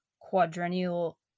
quadrennial